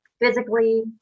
physically